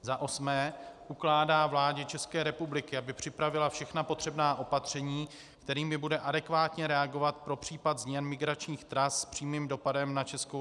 za osmé ukládá vládě ČR, aby připravila všechny potřebná opatření, kterými bude adekvátně reagovat pro případ změn migračních tras s přímým dopadem na ČR;